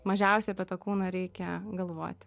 mažiausiai apie tą kūną reikia galvoti